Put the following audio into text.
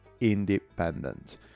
independent